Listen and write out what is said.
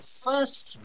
first